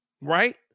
Right